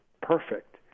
perfect